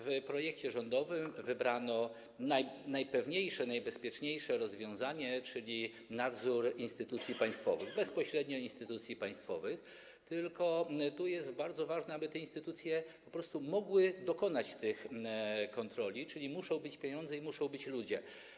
W projekcie rządowym wybrano najpewniejsze, najbezpieczniejsze rozwiązanie, czyli nadzór instytucji państwowych, bezpośrednio instytucji państwowych, tylko tu jest bardzo ważne, aby te instytucje po prostu mogły dokonać tych kontroli, czyli muszą być pieniądze i muszą być ludzie.